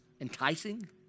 enticing